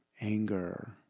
anger